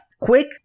quick